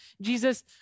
Jesus